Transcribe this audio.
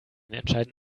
entscheiden